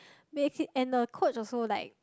makes it and the coach also like